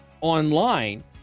online